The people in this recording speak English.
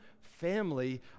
family